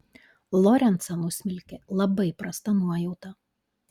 lorencą nusmelkė labai prasta nuojauta